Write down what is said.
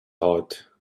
heart